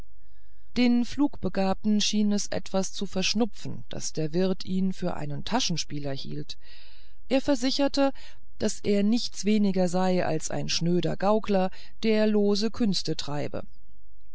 den flugbegabten schien es etwas zu verschnupfen daß der wirt ihn für einen taschenspieler hielt er versicherte daß er nichts weniger sei als ein schnöder gaukler der lose künste treibe